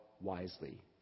wisely